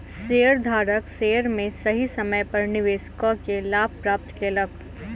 शेयरधारक शेयर में सही समय पर निवेश कअ के लाभ प्राप्त केलक